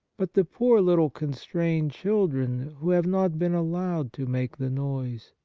but the poor little constrained children who have not been allowed to make the noise.